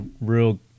real